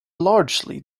largely